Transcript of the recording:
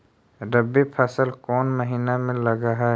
रबी फसल कोन महिना में लग है?